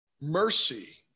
Mercy